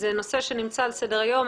זה נושא שנמצא על סדר היום.